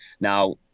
Now